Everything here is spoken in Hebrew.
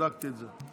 בדקתי את זה.